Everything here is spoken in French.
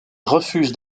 refuse